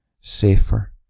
safer